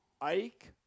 Ike